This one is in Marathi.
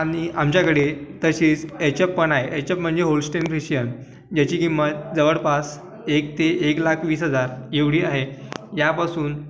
आणि आमच्याकडे तसेच एचपपण आहे एचप म्हणजे होलस्टेल रशियन याची किंमत जवळपास एक ते एक लाख वीस हजार येवढी आहे यापासून